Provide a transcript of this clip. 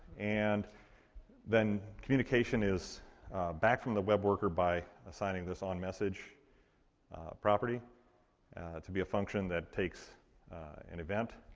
and then communication is back from the web worker by assigning this onmessage property to be a function that takes an event.